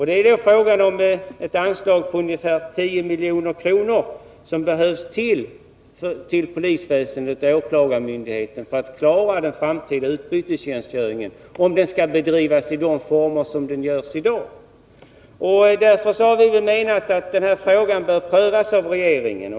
Det är fråga om ett anslag på ungefär 10 milj.kr. som behövs till polisverksamheten och åklagarmyndigheten för att klara den framtida utbytestjänstgöringen, om den skall bedrivas i de former som den i dag bedrivs i. Därför tycker vi att frågan bör prövas av regeringen.